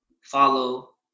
follow